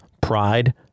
pride